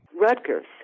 Rutgers